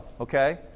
okay